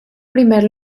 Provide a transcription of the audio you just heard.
primer